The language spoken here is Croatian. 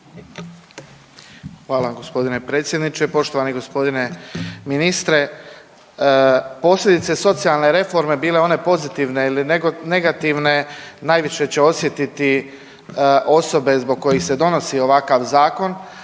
vam gospodine predsjedniče. Poštovani gospodine ministre, posljedice socijalne reforme bile one pozitivne ili negativne najviše će osjetiti osobe zbog kojih se donosi ovakav zakon,